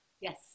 Yes